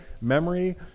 memory